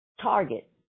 Target